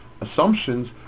assumptions